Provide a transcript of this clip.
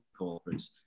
corporates